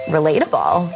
Relatable